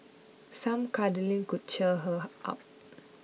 some cuddling could cheer her her up